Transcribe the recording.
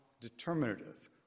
determinative